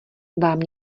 vám